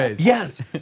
Yes